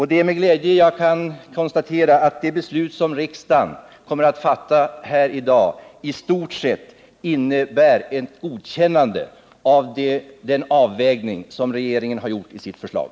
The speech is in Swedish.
Det är med glädje jag kan konstatera att det beslut som riksdagen kommer att fatta här i dag i stort sett innebär ett godkännande av den avvägning som regeringen har gjort i sitt förslag.